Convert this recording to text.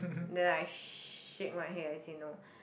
then I shake my head I say no